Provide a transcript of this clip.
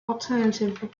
alternative